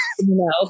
No